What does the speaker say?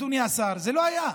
אדוני השר, זה לא היה.